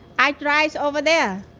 i drive over there.